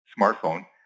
smartphone